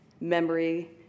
memory